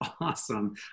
Awesome